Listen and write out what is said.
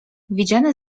widziane